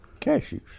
Cashews